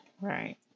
Right